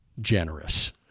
generous